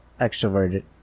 extroverted